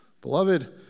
Beloved